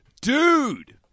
dude